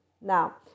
now